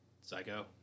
Psycho